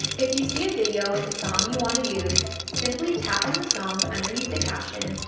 if you see a video with the song you want to use simply tap on the song underneath the caption.